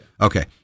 okay